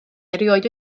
erioed